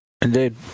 Indeed